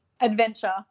adventure